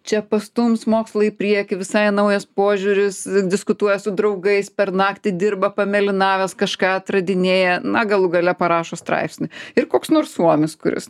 čia pastums mokslą į priekį visai naujas požiūris diskutuoja su draugais per naktį dirba pamėlynavęs kažką atradinėja na galų gale parašo straipsnį ir koks nors suomis kuris